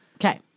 Okay